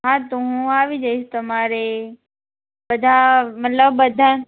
હા તો હું આવી જઈશ તમારે બધા મતલબ બધા